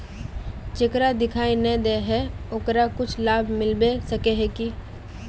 जेकरा दिखाय नय दे है ओकरा कुछ लाभ मिलबे सके है की?